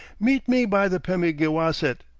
meet me by the pemigewasset,